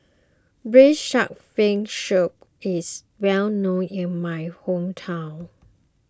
Braised Shark Fin Soup is well known in my hometown